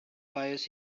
fires